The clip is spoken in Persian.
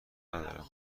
ندارم